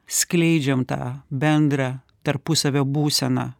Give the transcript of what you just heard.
skleidžiam tą bendrą tarpusavio būseną